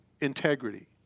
Integrity